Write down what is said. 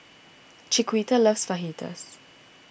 Chiquita loves Fajitas